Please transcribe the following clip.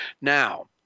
Now